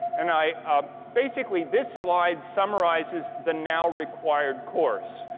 and i basically, this slide summarizes the now required course.